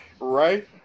Right